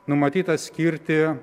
numatyta skirti